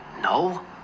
No